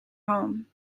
home